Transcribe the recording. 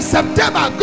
September